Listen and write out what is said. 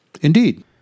Indeed